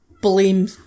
blame